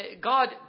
God